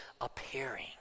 appearing